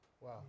Wow